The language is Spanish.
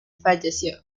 falleció